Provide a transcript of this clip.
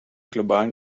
globalen